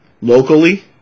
locally